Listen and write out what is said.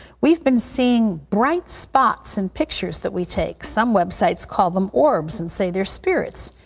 we have been seeing bright spots in pictures that we take. some websites call them orbs and say they're spirits.